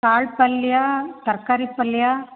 ಕಾಳು ಪಲ್ಯ ತರಕಾರಿ ಪಲ್ಯ